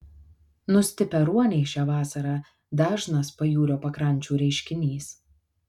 nustipę ruoniai šią vasarą dažnas pajūrio pakrančių reiškinys